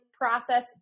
process